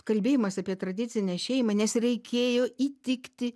kalbėjimas apie tradicinę šeimą nes reikėjo įtikti